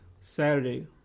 Saturday